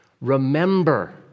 Remember